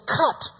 cut